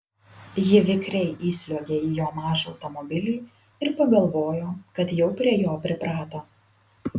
ji vikriai įsliuogė į jo mažą automobilį ir pagalvojo kad jau prie jo priprato